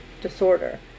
disorder